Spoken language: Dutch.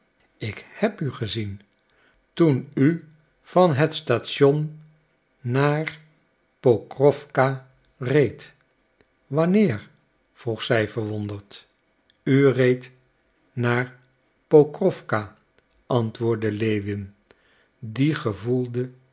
ik heb u gezien toen u van het station naar pokrowka reed wanneer vroeg zij verwonderd u reed naar pokrowka antwoordde lewin die gevoelde